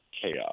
Chaos